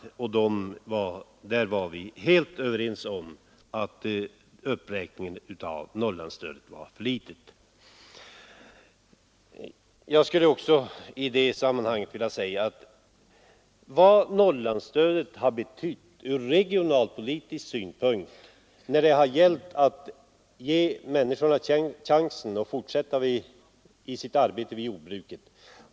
I länsstyrelsen var vi helt överens om att uppräkningen av Norrlandsstödet var för liten. Norrlandsstödet har betytt mycket ur regionalpolitisk synpunkt när det gällt att ge människorna chansen att fortsätta med sitt arbete i jordbruket.